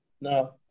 No